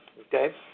Okay